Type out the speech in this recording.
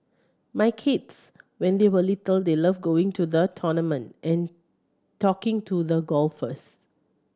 my kids when they were little they loved going to the tournament and talking to the golfers